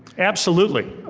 absolutely.